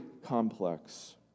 complex